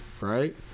Right